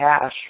cash